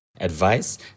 advice